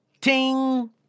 Ting